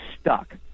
stuck